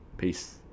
Peace